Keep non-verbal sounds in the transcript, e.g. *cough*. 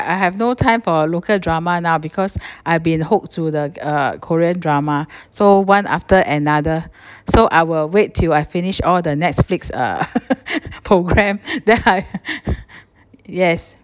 I have no time for a local drama now because *breath* I've been hooked to the uh korean drama so one after another *breath* so I will wait till I finish all the Netflix uh *laughs* program ya yes